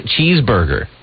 cheeseburger